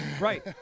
right